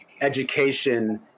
education